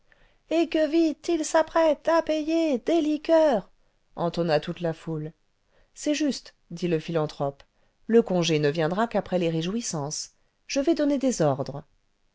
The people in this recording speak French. et que vite il s'apprête a payer des liqueurs entonna toute la foule c'est juste dit le philanthrope le congé ne viendra qu'après les réjouissances je vais donner des ordres